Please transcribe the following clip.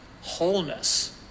wholeness